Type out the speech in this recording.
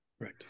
Right